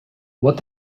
what